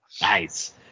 Nice